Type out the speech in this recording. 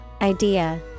idea